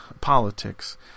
politics